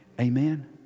Amen